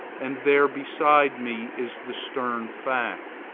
and there beside me is the stern fact,